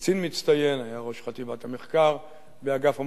קצין מצטיין, והיה ראש חטיבת המחקר באגף המודיעין.